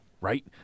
Right